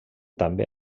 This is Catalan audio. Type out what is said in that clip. també